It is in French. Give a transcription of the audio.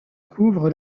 couvre